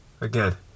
again